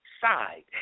side